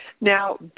Now